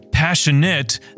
Passionate